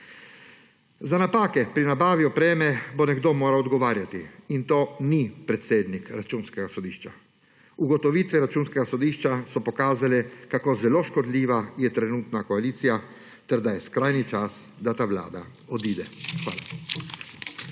Za napake pri nabavi opreme bo nekdo moral odgovarjati, in to ni predsednik Računskega sodišča. Ugotovitve Računskega sodišča so pokazale, kako zelo škodljiva je trenutna koalicija ter da je skrajni čas, da ta vlada odide. Hvala.